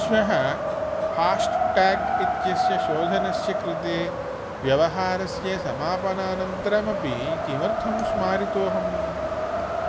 श्वः fast tag इत्यस्य शोधनस्य कृते व्यवहारस्य समापनानन्तरमपि किमर्थं स्मारितोऽहम्